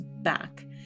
back